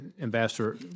Ambassador